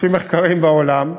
לפי מחקרים בעולם,